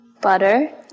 Butter